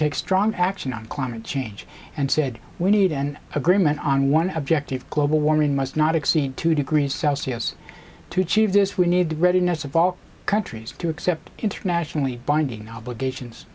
take strong action on climate change and said we need an agreement on one objective global warming must not exceed two degrees celsius to achieve this we need the readiness of all countries to accept internationally binding obligations